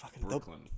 Brooklyn